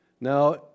Now